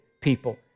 people